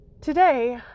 today